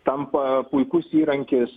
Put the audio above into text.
tampa puikus įrankis